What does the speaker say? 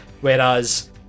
Whereas